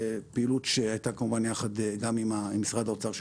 פעילות שהייתה כמובן יחד עם משרד האוצר.